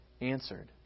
answered